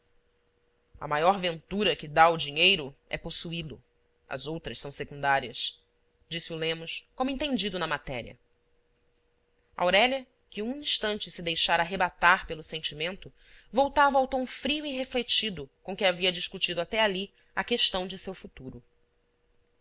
a maior ventura que dá o dinheiro é possuí-lo as outras são secundárias disse o lemos como entendido na matéria aurélia que um instante se deixara arrebatar pelo sentimento voltava ao tom frio e refletido com que havia discutido até ali a questão de seu futuro